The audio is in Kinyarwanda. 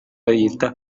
yita